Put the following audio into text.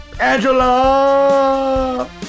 Angela